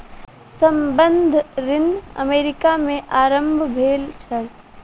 संबंद्ध ऋण अमेरिका में आरम्भ भेल छल